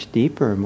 deeper